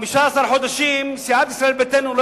בתום 15 חודשים סיעת ישראל ביתנו לא